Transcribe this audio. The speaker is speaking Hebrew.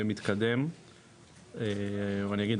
מתקדם ואני אגיד,